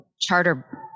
charter